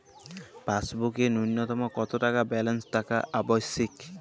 পাসবুকে ন্যুনতম কত টাকা ব্যালেন্স থাকা আবশ্যিক?